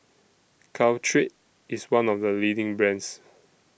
Caltrate IS one of The leading brands